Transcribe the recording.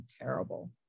terrible